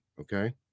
okay